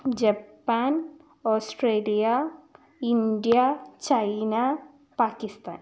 Japan Australia India China Pakistan